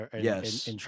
Yes